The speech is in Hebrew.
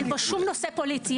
אין פה שום נושא פוליטי,